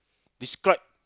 describe